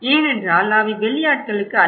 ஏனென்றால் அவை வெளியாட்களுக்கு அல்ல